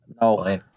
No